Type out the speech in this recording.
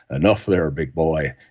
enough there big boy.